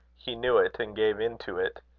he knew it, and gave in to it.